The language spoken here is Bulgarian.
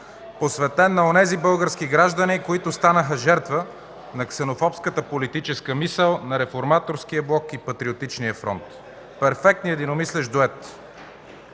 посветен на онези български граждани, които станаха жертва на ксенофобската политическа мисъл на Реформаторския блок и Патриотичния фронт – перфектният единомислещ дует!